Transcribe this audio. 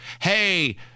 Hey